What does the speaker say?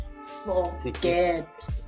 forget